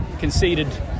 conceded